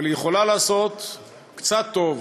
אבל היא יכולה לעשות קצת טוב,